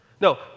no